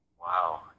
Wow